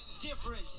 different